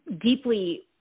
deeply